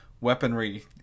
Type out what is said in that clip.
weaponry